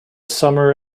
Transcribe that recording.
summer